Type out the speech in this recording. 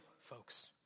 folks